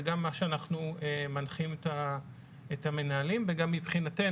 זה גם מה שאנחנו מנחים את המנהלים וגם מבחינתנו,